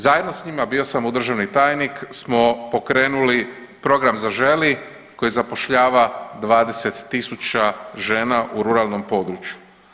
Zajedno s njima, bio sam mu državni tajnik smo pokrenuli program Zaželi koji zapošljava 20.000 žena u ruralnom području.